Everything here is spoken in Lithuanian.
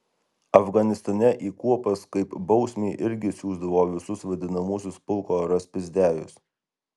afganistane į kuopas kaip bausmei irgi siųsdavo visus vadinamuosius pulko raspizdiajus